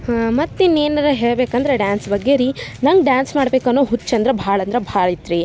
ಹಾಂ ಮತ್ತು ಇನ್ನೇನಾರ ಹೇಳ್ಬೇಕಂದ್ರೆ ಡ್ಯಾನ್ಸ್ ಬಗ್ಗೆ ರೀ ನಂಗೆ ಡ್ಯಾನ್ಸ್ ಮಾಡಬೇಕು ಅನ್ನೋ ಹುಚ್ಚು ಅಂದ್ರೆ ಭಾಳ ಅಂದ್ರೆ ಭಾಳ ಐತ್ರಿ